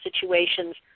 situations